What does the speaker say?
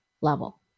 level